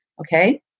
okay